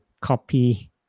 copy